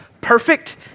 perfect